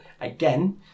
again